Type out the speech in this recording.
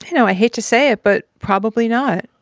you know, i hate to say it, but probably not.